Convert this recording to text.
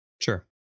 sure